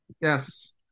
Yes